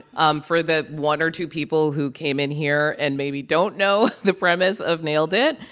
um for the one or two people who came in here and maybe don't know the premise of nailed it!